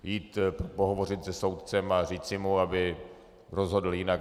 Jít pohovořit se soudcem a říci mu, aby rozhodl jinak?